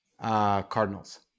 Cardinals